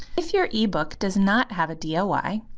if your ebook does not have a doi,